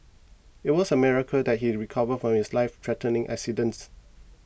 it was a miracle that he recovered from his life threatening accidents